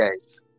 guys